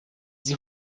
sie